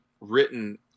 written